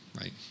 right